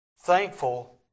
Thankful